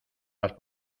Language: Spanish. las